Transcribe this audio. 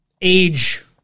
age